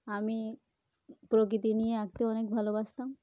আমি প্রকৃতি নিয়ে আঁকতে অনেক ভালোবাসতাম